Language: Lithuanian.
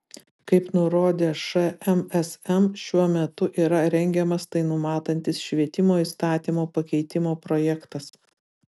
kaip nurodė šmsm šiuo metu yra rengiamas tai numatantis švietimo įstatymo pakeitimo projektas